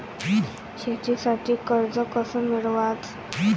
शेतीसाठी कर्ज कस मिळवाच?